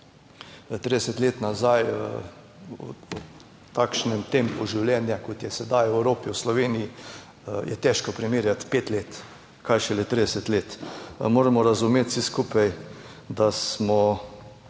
30 let nazaj v takšnem tempu življenja kot je sedaj v Evropi, v Sloveniji, je težko primerjati pet let, kaj šele 30 let. Moramo razumeti vsi skupaj, da smo